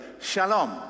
shalom